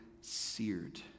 seared